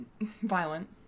violent